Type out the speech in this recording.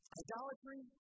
idolatry